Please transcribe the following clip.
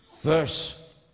Verse